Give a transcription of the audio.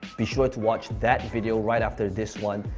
be sure to watch that video right after this one.